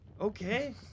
Okay